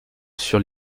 sur